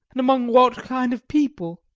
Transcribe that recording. and among what kind of people?